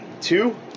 two